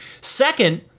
Second